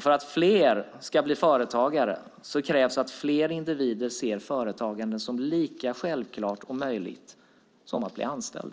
För att fler ska bli företagare krävs att fler individer ser företagande som lika självklart och möjligt som att bli anställd.